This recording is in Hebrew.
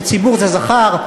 שציבור זה זכר,